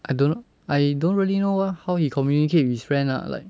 I don't know I don't really know how he communicate with his friend ah like